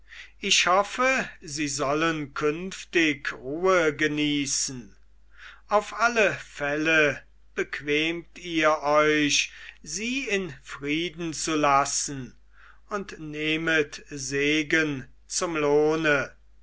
ich hoffe sie sollen künftig ruhe genießen auf alle fälle bequemt ihr euch sie in frieden zu lassen und nehmet segen zum lohne